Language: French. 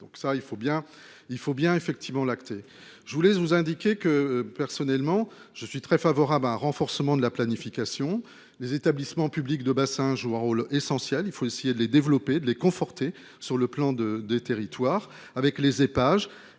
bien, il faut bien effectivement lactée. Je vous laisse vous indiquer que personnellement je suis très favorable à un renforcement de la planification des établissements publics de bassin joue un rôle essentiel, il faut essayer de les développer, de les conforter. Sur le plan de de territoire avec les EPAGE